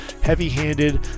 Heavy-handed